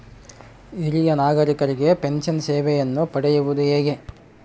ಹಿರಿಯ ನಾಗರಿಕರಿಗೆ ಪೆನ್ಷನ್ ಸೇವೆಯನ್ನು ಪಡೆಯುವುದು ಹೇಗೆ?